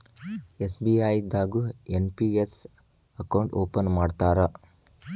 SBI ದಾಗು NPS account open ಮಾಡ್ತಾರಾ